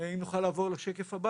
אם נוכל לעבור לשקף הבא